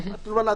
אמרתי לו: ואללה,